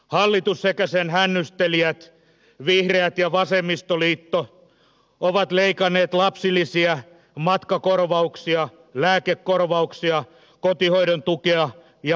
hallitus sekä sen hännystelijät vihreät ja vasemmistoliitto ovat leikanneet lapsilisiä matkakorvauksia lääkekorvauksia kotihoidon tukea ja peruspalveluita